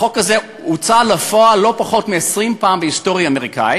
החוק הזה הוצא לפועל לא פחות מ-20 פעם בהיסטוריה האמריקנית,